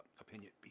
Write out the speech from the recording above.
opinion